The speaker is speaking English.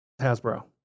Hasbro